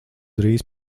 drīz